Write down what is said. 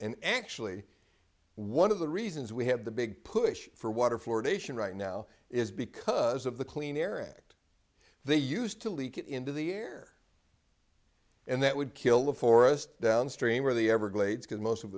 and actually one of the reasons we have the big push for water fluoridation right now is because of the clean air act they used to leak it into the air and that would kill the forest downstream or the everglades because most